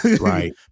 Right